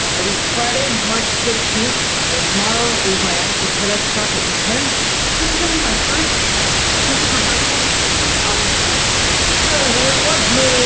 it is friday march fifteenth, and tomorrow is my actual tedx talk at yeah upenn this is gonna be my first attempted rehearsal or without the script what mood?